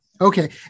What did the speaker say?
Okay